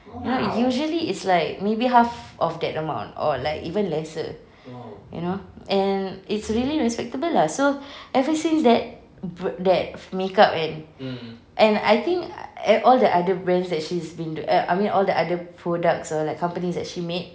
you know usually it's like maybe half of that amount or like even lesser you know and it's really respectable lah so ever since that bra~ that makeup and and I think all the other brands that she's been I mean all the other products ah like companies that she made